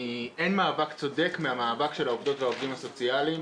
אין מאבק יותר צודק מהמאבק של העובדים והעובדות הסוציאליים.